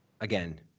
Again